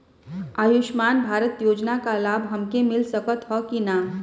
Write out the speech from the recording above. आयुष्मान भारत योजना क लाभ हमके मिल सकत ह कि ना?